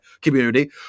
community